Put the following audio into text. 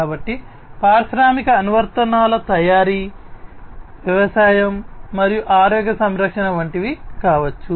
కాబట్టి పారిశ్రామిక అనువర్తనాలు తయారీ వ్యవసాయం మరియు ఆరోగ్య సంరక్షణ వంటివి కావచ్చు